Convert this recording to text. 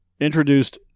Introduced